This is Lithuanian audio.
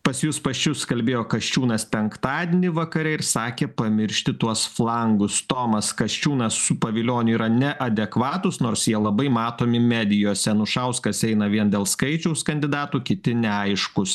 pas jus pačius kalbėjo kasčiūnas penktadienį vakare ir sakė pamiršti tuos flangus tomas kasčiūnas su pavilioniu yra neadekvatūs nors jie labai matomi medijose anušauskas eina vien dėl skaičiaus kandidatų kiti neaiškūs